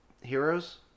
heroes